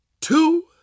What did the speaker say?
two